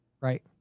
Right